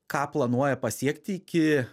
ką planuoja pasiekti iki